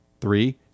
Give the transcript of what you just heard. Three